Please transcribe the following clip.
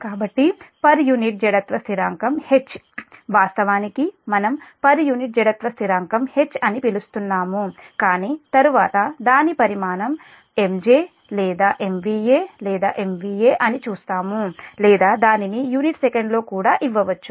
కాబట్టి per unit జడత్వం స్థిరాంకం 'H' వాస్తవానికి మనం పర్ యూనిట్ జడత్వం స్థిరాంకం 'H' అని పిలుస్తున్నాము కాని తరువాత దాని పరిమాణం MJ MVA MVA అని చూస్తాము లేదా దానిని యూనిట్ 'సెకండ్' లో కూడా ఇవ్వవచ్చు